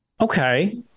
Okay